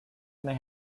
may